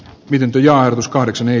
miten tujaus kahdeksan ei